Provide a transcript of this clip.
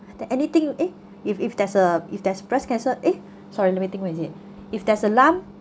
the anything eh if if there's a if there's breast cancer eh sorry let me think what is it if there's a lung